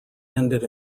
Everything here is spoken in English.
ended